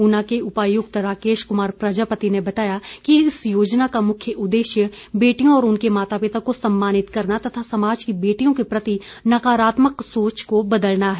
ऊना के उपायुक्त राकेश कुमार प्रजापति ने बताया कि इस योजना का मुख्य उद्देश्य बेटियों और उनके माता पिता को सम्मानित करना तथा समाज की बेटियों के प्रति नकारात्मक सोच को बदलना है